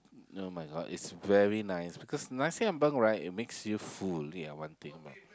[oh]-my-God is very nice because nasi-ambeng right it makes you full ya one thing you know